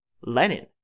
Lenin